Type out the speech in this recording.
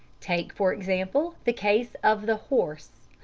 take, for example, the case of the horse.